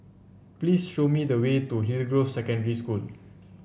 please show me the way to Hillgrove Secondary School